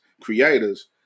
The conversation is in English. creators